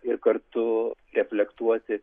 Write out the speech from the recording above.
ir kartu reflektuoti